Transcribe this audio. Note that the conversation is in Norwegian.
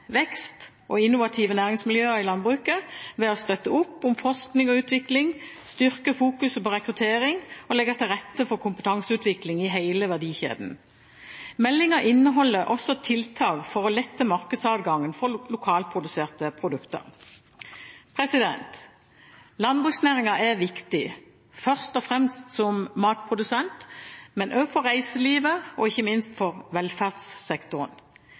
vekst og innovative næringsmiljøer i landbruket ved å støtte opp om forskning og utvikling, styrke fokuset på rekruttering og legge til rette for kompetanseutvikling i hele verdikjeden. Meldingen inneholder også tiltak for å lette markedsadgangen for lokalproduserte produkter. Landbruksnæringen er viktig, først og fremst som matprodusent, men også for reiselivet og ikke minst for velferdssektoren.